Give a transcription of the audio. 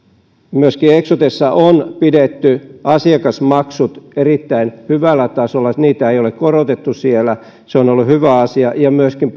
myöskin eksotessa on pidetty asiakasmaksut erittäin hyvällä tasolla niitä ei ole korotettu siellä se on ollut hyvä asia ja myöskin